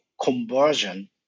conversion